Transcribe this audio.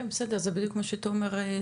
כן, בסדר זה בדיוק מה שתומר הציג.